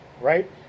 Right